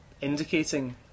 indicating